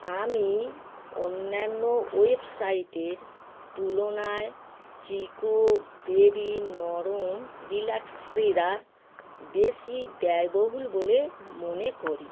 আমি অন্যান্য ওয়েবসাইটের তুলনায় চিকো বেবি নরম রিল্যাক্স টিদার বেশি ব্যয়বহুল বলে মনে করি